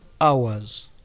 hours